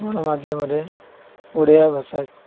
ଗଣମାଧ୍ୟମରେ ଓଡ଼ିଆ ଭାଷା